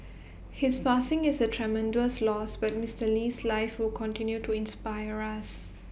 his passing is A tremendous loss but Mister Lee's life will continue to inspire us